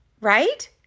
right